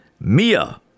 Mia